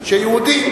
שיהודי,